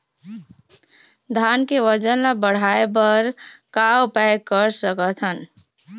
धान के वजन ला बढ़ाएं बर का उपाय कर सकथन?